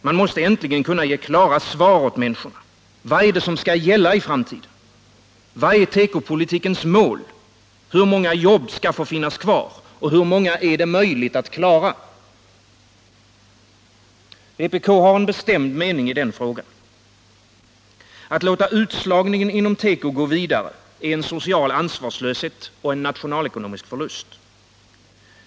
Man måste äntligen ge klara svar åt människorna. Vad skall gälla i framtiden? Vad är tekopolitikens mål? Hur många jobb skall få finnas kvar, och hur många är det möjligt att klara? Vänsterpartiet kommunisterna har en bestämd mening i frågan. Att låta utslagningen inom teko gå vidare är en social ansvarslöshet och en nationalekonomisk förlust.